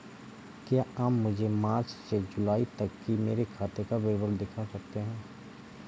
क्या आप मुझे मार्च से जूलाई तक की मेरे खाता का विवरण दिखा सकते हैं?